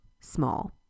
small